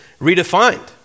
redefined